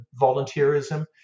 volunteerism